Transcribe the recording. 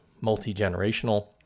multi-generational